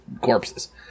corpses